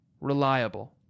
Reliable